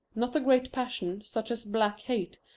not the great passions, such as black hate,